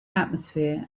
atmosphere